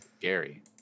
Gary